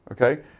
okay